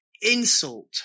insult